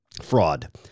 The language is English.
fraud